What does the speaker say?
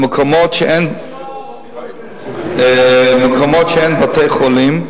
למקומות שאין בהם בתי-חולים,